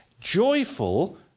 Joyful